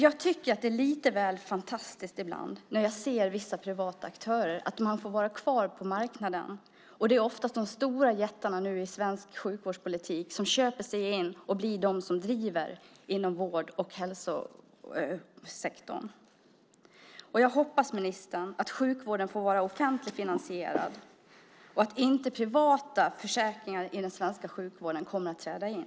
Jag tycker att det ibland är lite fantastiskt när jag ser att vissa privata aktörer får vara kvar på marknaden. Det är oftast de stora jättarna i svensk sjukvårdspolitik som köper in sig och blir de som driver företag inom vård och hälsosektorn. Jag hoppas att sjukvården får vara offentligt finansierad och att inte privata försäkringar kommer att träda in i den svenska sjukvården.